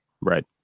Right